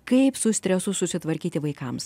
kaip su stresu susitvarkyti vaikams